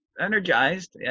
energized